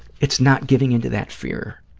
it's not giving in to that fear,